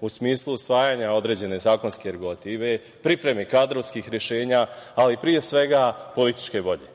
u smislu usvajanja određene zakonske regulative, pripreme kadrovskih rešenja, ali pre svega političke volje.